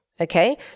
okay